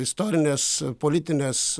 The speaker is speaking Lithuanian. istorinės politinės